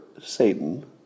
Satan